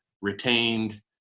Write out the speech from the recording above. retained